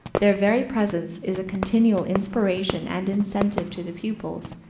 their very presence is a continual inspiration and incentive to the pupils,